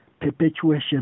perpetuation